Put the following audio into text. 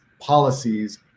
policies